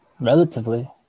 relatively